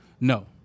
No